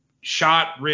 shot